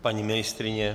Paní ministryně?